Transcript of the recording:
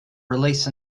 release